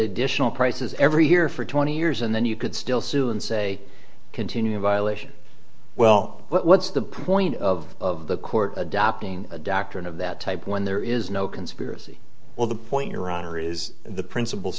additional prices every year for twenty years and then you could still sue and say continue a violation well what's the point of the court adopting a doctrine of that type when there is no conspiracy or the point your honor is the principle